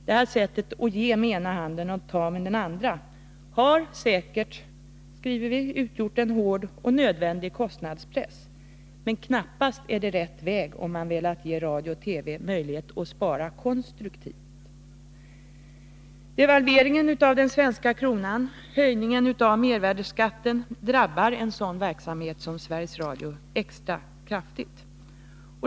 Detta sätt att ge med den ena handen och ta med den andra har säkert utgjort en hård och nödvändig kostnadspress, men det är knappast rätt väg om man velat ge radio och TV möjligheten att spara konstruktivt. Devalveringen av den svenska kronan och höjningen av mervärdeskatten drabbar en sådan verksamhet som Sveriges Radios extra kraftigt.